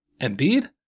Embiid